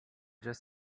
just